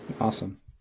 Awesome